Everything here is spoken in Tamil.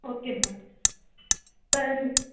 ஓகே மேடம் இப்போ